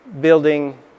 building